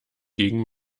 gegen